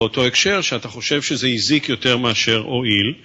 באותו הקשר שאתה חושב שזה הזיק יותר מאשר הועיל.